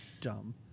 dumb